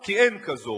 כי אין כזאת.